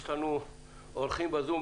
יש לנו אורחים בזום.